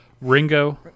Ringo